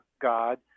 God